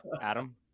Adam